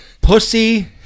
pussy